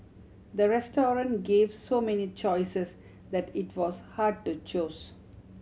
the restaurant gave so many choices that it was hard to choose